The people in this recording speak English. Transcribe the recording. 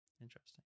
Interesting